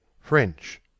French